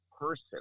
person